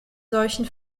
solchen